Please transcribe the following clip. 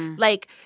like,